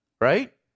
right